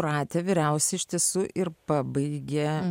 pratę vyriausi iš tiesų ir pabaigia